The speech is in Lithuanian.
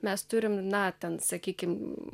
mes turime na ten sakykim